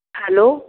hello